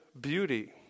beauty